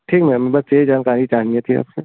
ठीक है मैम बस यही जानकारी चाहिए थी आपसे